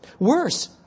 Worse